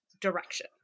direction